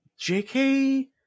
jk